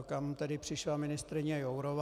Tam přišla ministryně Jourová.